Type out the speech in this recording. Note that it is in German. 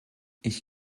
ich